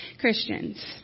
Christians